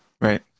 Right